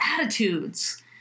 attitudes